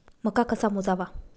मका कसा मोजावा?